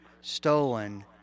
stolen